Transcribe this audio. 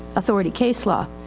authority case law.